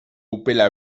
upela